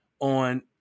on